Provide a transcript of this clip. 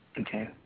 Okay